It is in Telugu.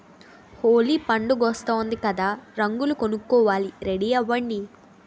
హోలీ పండుగొస్తోంది కదా రంగులు కొనుక్కోవాలి రెడీ అవ్వండి